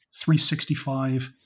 365